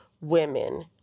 women